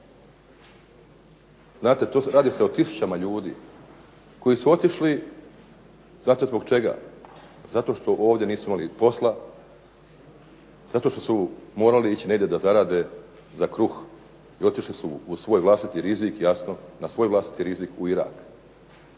Dakle, radi se o tisućama ljudi koji su otišli, znate zbog čega? Zato što ovdje nisu imali posla, zato što su morali ići negdje da zarade za kruh. I otišli su na svoj vlastiti rizik u Irak